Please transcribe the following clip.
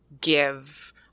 give